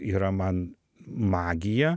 yra man magija